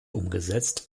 umgesetzt